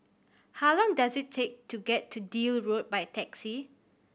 how long does it take to get to Deal Road by taxi